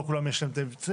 לא לכולם יש את האמצעים,